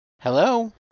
Hello